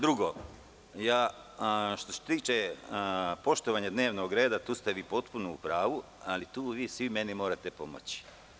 Drugo, što se tiče poštovanja dnevnog reda, tu ste potpuno u pravu, ali tu svi vi meni morate pomoći.